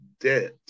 debt